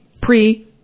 pre